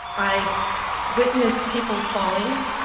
i witnessed people falling,